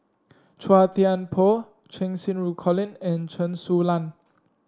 Chua Thian Poh Cheng Xinru Colin and Chen Su Lan